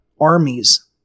armies